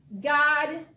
God